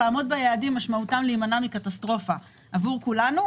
לעמוד ביעדים משמע להימנע מקטסטרופה עבור כולנו.